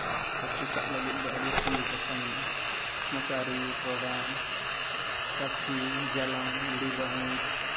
ᱦᱟᱹᱠᱩ ᱥᱟᱵ ᱞᱟᱹᱜᱤᱫ ᱫᱚ ᱟᱹᱰᱤ ᱨᱚᱠᱚᱢ ᱵᱮᱵᱚᱥᱛᱷᱟ ᱢᱮᱱᱟᱜᱼᱟ ᱢᱚᱥᱟᱨᱤ ᱴᱚᱨᱚᱰᱟᱝ ᱨᱟᱹᱠᱥᱤ ᱡᱟᱢᱟᱢ ᱜᱩᱰᱤ ᱵᱟᱹᱦᱤᱡᱽ